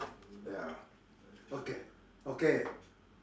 ya okay okay